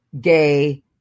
gay